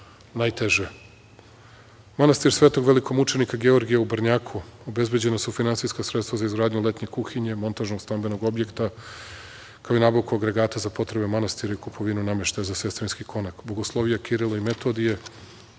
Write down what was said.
najteže. Manastir Svetog velikomučenika Georgija u Brnjaku, obezbeđena su finansijska sredstva za izgradnju letnje kuhinje, montažnog stambenog objekta, kao i nabavku agregata za potrebe manastira i kupovinu nameštaja za sestrinski konak. Bogoslovija Kiril i Metodije,